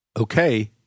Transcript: Okay